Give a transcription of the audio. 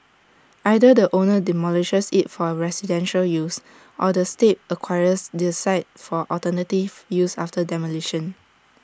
either the owner demolishes IT for residential use or the state acquires the site for alternative use after demolition